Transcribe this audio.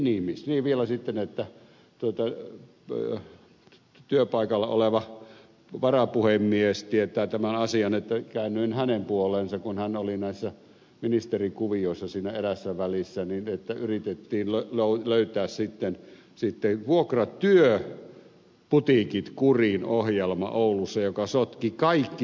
niin vielä sitten että työpaikalla oleva varapuhemies tietää tämän asian että käännyin hänen puoleensa kun hän oli näissä ministerikuvioissa siinä eräässä välissä että yritettiin löytää sitten vuokratyöputiikit kuriin ohjelma oulussa joka sotki kaikki työllistämisyritykset